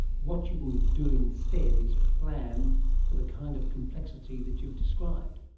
what you can do instead is plan for the kind of complexity that you've described.